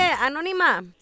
Anónima